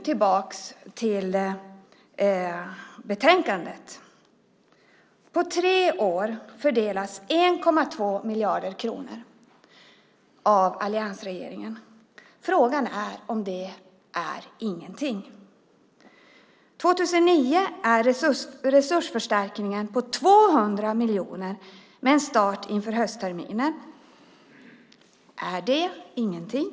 Tillbaka till betänkandet. På tre år fördelas 1,2 miljarder kronor av alliansregeringen. Frågan är om det är ingenting. År 2009 är resursförstärkningen på 200 miljoner med en start inför höstterminen. Är det ingenting?